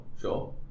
sure